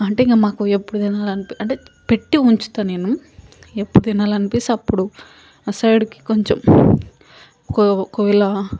అంటే ఇంక మాకు ఎప్పుడు తినాలనిపి అంటే పెట్టి ఉంచుత నేను ఎప్పుడు తినాలనిపిస్తే అప్పుడు అ సైడ్కి కొంచెం ఒకవేళ